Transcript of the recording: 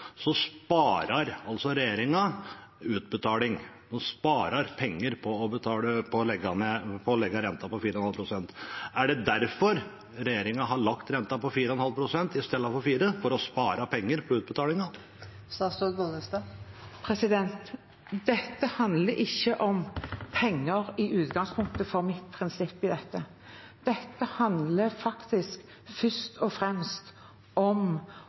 sparer regjeringen utbetaling. De sparer penger på å legge renten på 4,5 pst. Er det derfor regjeringen har lagt renten på 4,5 pst. i stedet for 4 pst., for å spare penger på utbetalingen? Mitt prinsipp i dette handler i utgangspunktet ikke om penger. Dette handler faktisk først og fremst om